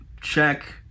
Check